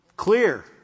clear